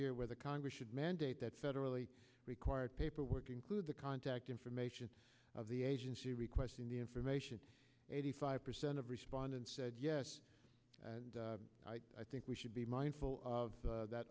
year where the congress should mandate that federally required paperwork include the contact information of the agency requesting the information eighty five percent of respondents said yes and i think we should be mindful of that